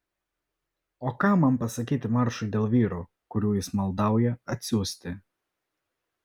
o ką man pasakyti maršui dėl vyrų kurių jis maldauja atsiųsti